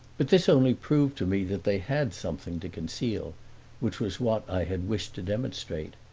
but this only proved to me that they had something to conceal which was what i had wished to demonstrate.